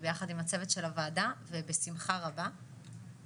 ויחד עם הצוות של הוועדה ובשמחה רבה ואם